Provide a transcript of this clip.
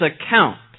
account